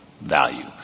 value